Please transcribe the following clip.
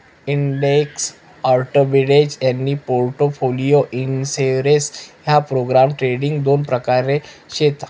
index arbitrage आनी portfolio insurance ह्या programme trading दोन प्रकार शेत